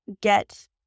get